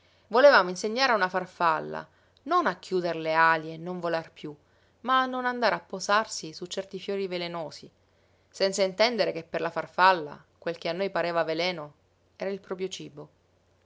volevamo insegnare a una farfalla non a chiuder le ali e non volar piú ma a non andare a posarsi su certi fiori velenosi senza intendere che per la farfalla quel che a noi pareva veleno era il proprio cibo